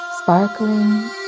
sparkling